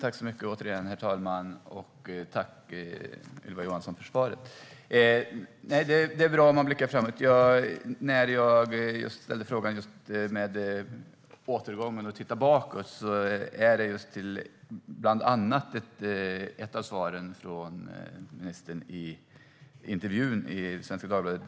Herr talman! Tack, Ylva Johansson, för svaret! Det är bra om man blickar framåt. När jag ställde frågan om återgången och att titta bakåt gällde det bland annat ett av svaren från ministern i intervjun i Svenska Dagbladet.